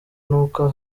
n’uko